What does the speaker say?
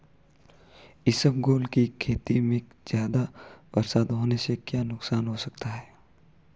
इसबगोल की खेती में ज़्यादा बरसात होने से क्या नुकसान हो सकता है?